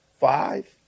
Five